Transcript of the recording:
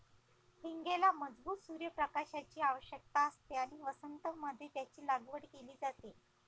हींगेला मजबूत सूर्य प्रकाशाची आवश्यकता असते आणि वसंत मध्ये याची लागवड केली जाते